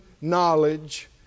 knowledge